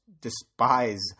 despise